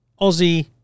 Aussie